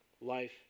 life